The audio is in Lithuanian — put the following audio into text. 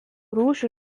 rūšių